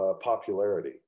popularity